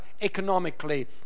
economically